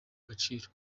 agaciro